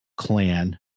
clan